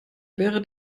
wäre